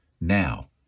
now